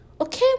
Okay